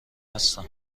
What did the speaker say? هستم